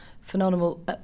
Phenomenal